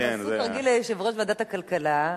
אם עשו תרגיל ליושב-ראש ועדת הכלכלה,